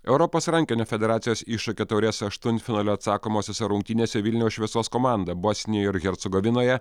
europos rankinio federacijos iššūkio taurės aštuntfinalio atsakomosiose rungtynėse vilniaus šviesos komanda bosnijoj ir hercegovinoje